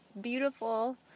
beautiful